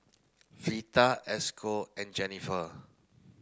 Fleeta Esco and Jenifer